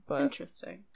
Interesting